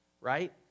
right